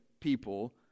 people